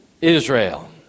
Israel